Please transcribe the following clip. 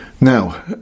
Now